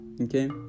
okay